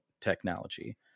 technology